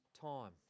time